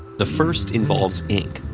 the first involves ink,